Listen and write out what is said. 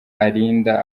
arinda